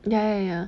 ya ya ya